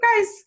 guys